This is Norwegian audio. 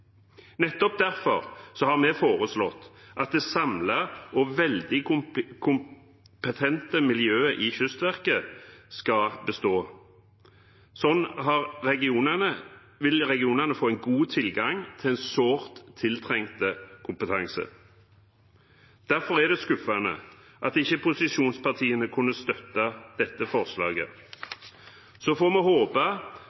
Nettopp derfor har vi foreslått at det samlede og veldig kompetente miljøet i Kystverket skal bestå. Slik vil regionene få god tilgang på en sårt tiltrengt kompetanse. Derfor er det skuffende at posisjonspartiene ikke kan støtte dette forslaget.